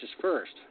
first